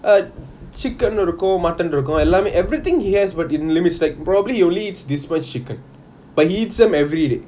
a chicken இருக்கும்:irukum mutton இருக்கும்:irukum everything he has but in the end it's like probably he only eats this much chicken but he eats them everyday